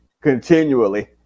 continually